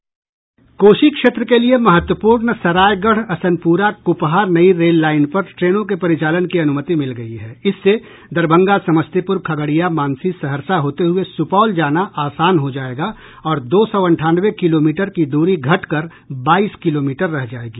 कोसी क्षेत्र के लिए महत्वपूर्ण सरायगढ़ असनपुर कुपहा नई रेललाइन पर ट्रेनों के परिचालन की अनुमति मिल गयी है इससे दरभंगा समस्तीपुर खगड़िया मानसी सहरसा होते हुए सुपौल जाना आसान हो जायेगा और दो सौ अंठानवे किलोमीटर की दूरी घटकर बाईस किलोमीटर रह जायेगी